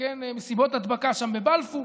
מסיבות הדבקה שם בבלפור.